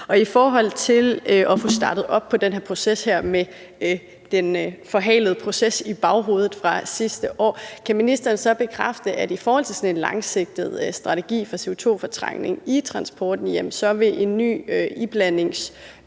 I forhold til at få startet den her proces med den forhalede proces fra sidste år i baghovedet kan ministeren så bekræfte, at i forhold til en langsigtet strategi for CO2-fortrængning i transporten vil en ny lovgivning